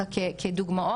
תודה רבה.